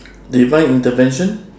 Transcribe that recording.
divine intervention